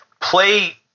play